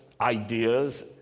ideas